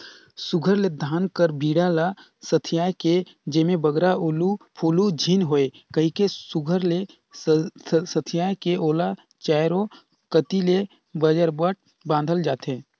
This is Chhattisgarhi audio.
सुग्घर ले धान कर बीड़ा ल सथियाए के जेम्हे बगरा उलु फुलु झिन होए कहिके सुघर ले सथियाए के ओला चाएरो कती ले बजरबट बाधल जाथे